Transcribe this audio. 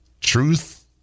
Truth